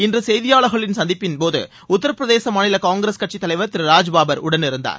இன்று செய்தியாளர்களின் சந்திப்பின்போது உத்தரப்பிரதேச மாநில காங்கிரஸ் கட்சி தலைவர் திரு ராஜ்பாபர் உடனிருந்தார்